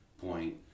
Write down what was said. point